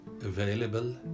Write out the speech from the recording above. available